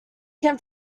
can